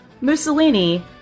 Mussolini